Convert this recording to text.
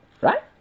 Right